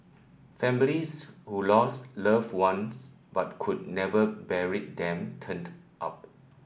families who lost loved ones but could never bury them turned up